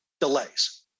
delays